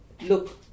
look